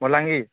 Balangir